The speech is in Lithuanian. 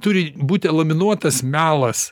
turi būt elaminuotas melas